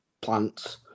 plants